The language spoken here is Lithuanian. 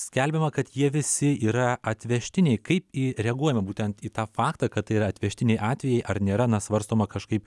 skelbiama kad jie visi yra atvežtiniai kaip į reaguojama būtent į tą faktą kad tai yra atvežtiniai atvejai ar nėra na svarstoma kažkaip